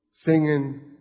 singing